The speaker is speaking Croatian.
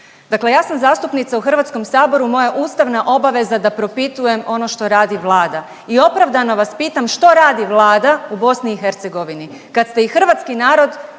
Dakle, ja sam zastupnica u HS-u moja ustavna obaveza da propitujem ono što radi Vlada i opravdano vas pitam što radi Vlada u BiH kad ste i hrvatski narod,